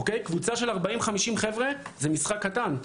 קבוצה של 50-40 חבר'ה זה משחק קטן,